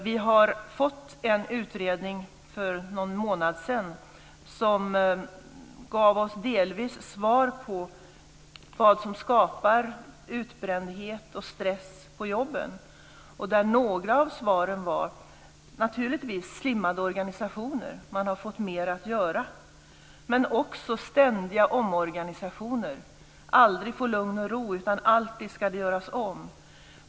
Vi har för någon månad sedan fått en utredning som delvis gav oss svar på vad som skapar utbrändhet och stress på jobben. Några av svaren var följande: - Slimmade organisationer. Man har fått mer att göra. - Ständiga omorganisationer. Man får aldrig lugn och ro, utan allting ska göras om.